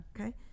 okay